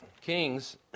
Kings